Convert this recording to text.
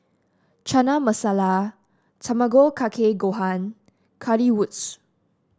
Chana Masala Tamago Kake Gohan Currywurst